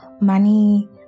money